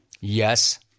Yes